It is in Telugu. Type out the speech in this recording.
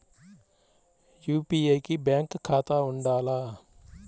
యూ.పీ.ఐ కి బ్యాంక్ ఖాతా ఉండాల?